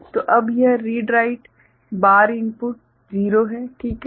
तो अब यह रीड राइट बार इनपुट 0 है ठीक है